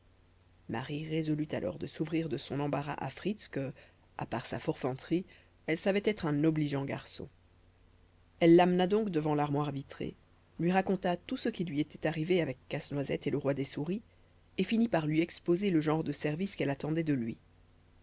marie résolut alors de s'ouvrir de son embarras à fritz que à part sa forfanterie elle savait être un obligeant garçon elle l'amena donc devant l'armoire vitrée lui raconta tout ce qui lui était arrivé avec casse-noisette et le roi des souris et finit par lui exposer le genre de service qu'elle attendait de lui